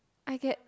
I get